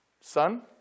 Son